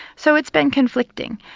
so it's been conflicting.